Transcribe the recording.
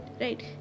right